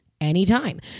anytime